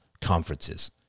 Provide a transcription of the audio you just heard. conferences